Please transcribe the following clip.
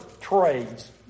trades